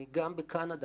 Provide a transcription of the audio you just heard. גם בקנדה.